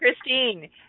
Christine